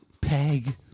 Peg